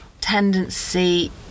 tendency